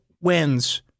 wins